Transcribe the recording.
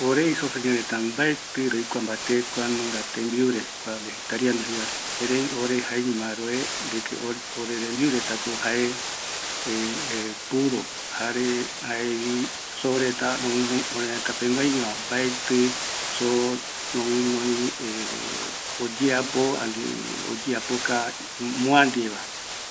Ore isoseño reta mbaetɨ roikua kuanunga tembiure, oreretako jae tembiu puro, roguinoi oreaka peguañova, mbaetɨko roguinoi soo oyeapo moa ndiveva,